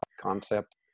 concept